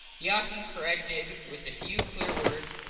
he often corrected, with a few clear words,